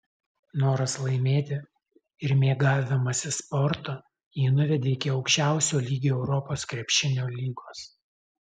noras laimėti ir mėgavimasis sportu jį nuvedė iki aukščiausio lygio europos krepšinio lygos